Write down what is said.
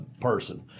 person